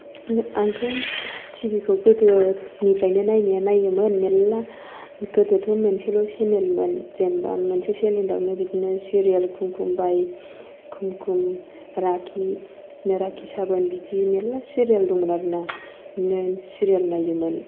आंथ' ति भि खौ गोदोनिफ्रायनो नायनाया नायोमोन मेल्ला गोदोथ' मोनसेल' सेनेलमोन जेनबा मोनसे सेनेलावनो बिदिनो सिरियेल कुमकुम बाय कुमकुम राकि ने राकि सावोन बिदि मेल्ला सिरियेल दंमोन आरोना बिदिनो सिरियेल नायोमोन